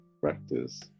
practice